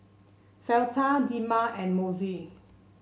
Fleta Dema and Mossie